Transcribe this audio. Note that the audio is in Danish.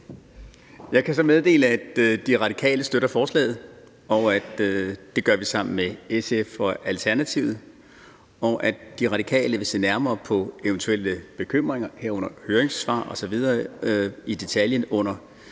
Jeg kan så meddele, at De Radikale støtter forslaget. Det gør vi sammen med SF og Alternativet. De Radikale vil se nærmere på eventuelle bekymringer i detaljen, herunder høringssvar osv., under